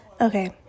Okay